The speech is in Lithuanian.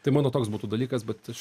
tai mano toks būtų dalykas bet aš